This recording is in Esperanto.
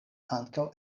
ankaŭ